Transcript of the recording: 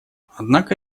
однако